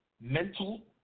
mental